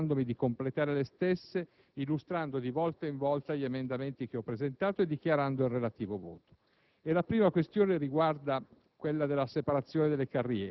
Proporrò ora alcune riflessioni generali sul provvedimento, riservandomi di completare le stesse, illustrando di volta in volta gli emendamenti presentati e dichiarando il relativo voto.